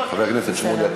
חבר הכנסת שמולי,